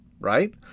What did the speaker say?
right